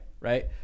right